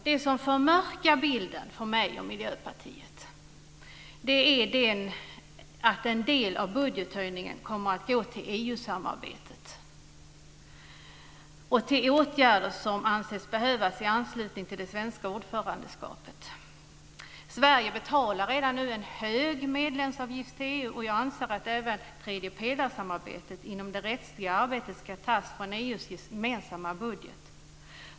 Det som förmörkar bilden för mig och Miljöpartiet är att en del av budgethöjningen kommer att gå till EU-samarbetet och till åtgärder som anses behövas i anslutning till det svenska ordförandeskapet. Sverige betalar redan nu en hög medlemsavgift till EU. Jag anser att även tredjepelarsamarbetet inom det rättsliga arbetet ska tas från EU:s gemensamma budget.